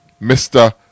Mr